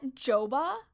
Joba